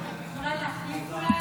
אולי להחליף?